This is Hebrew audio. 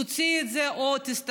תוציאי את זה או תסתדרי.